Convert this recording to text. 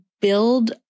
build